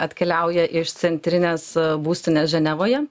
atkeliauja iš centrinės būstinės ženevoje